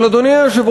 אבל, אדוני היושב-ראש,